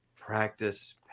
practice